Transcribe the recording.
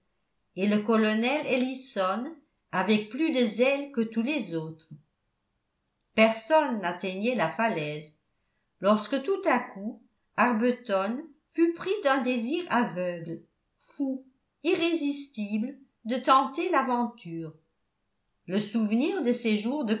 et le colonel ellison avec plus de zèle que tous les autres personne n'atteignait la falaise lorsque tout à coup arbuton fut pris d'un désir aveugle fou irrésistible de tenter l'aventure le souvenir de